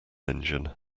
engine